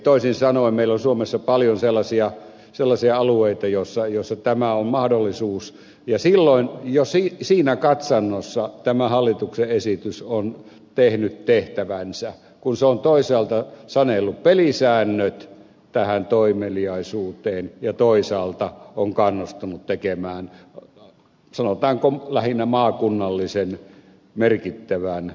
toisin sanoen meillä on suomessa paljon sellaisia alueita joissa tämä on mahdollisuus ja silloin jo siinä katsannossa tämä hallituksen esitys on tehnyt tehtävänsä kun se on toisaalta sanellut pelisäännöt tähän toimeliaisuuteen ja toisaalta on kannustanut tekemään sanotaanko lähinnä maakunnallisen merkittävän linjapäätöksen